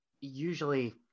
usually